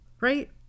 right